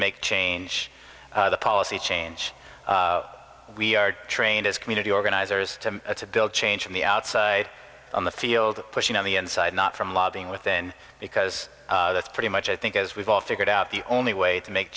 make change the policy change we are trained as community organizers to build change from the outside on the field pushing on the inside not from lobbying within because that's pretty much i think as we've all figured out the only way to make